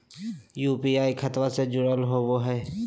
UPI खतबा से जुरल होवे हय?